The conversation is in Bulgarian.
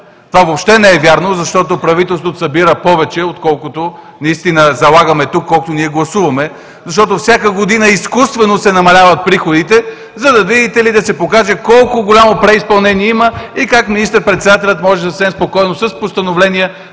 Това въобще не е вярно, защото правителството събира повече, отколкото наистина залагаме тук, колкото ние гласуваме. Защото всяка година изкуствено се намаляват приходите, видите ли, за да се покаже колко голямо преизпълнение има и как министър председателят може съвсем спокойно с постановления